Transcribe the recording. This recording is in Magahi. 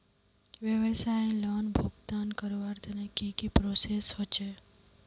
व्यवसाय लोन भुगतान करवार तने की की प्रोसेस होचे?